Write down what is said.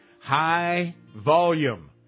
high-volume